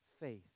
Faith